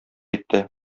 итте